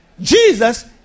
Jesus